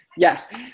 Yes